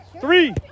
three